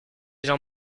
gens